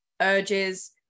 urges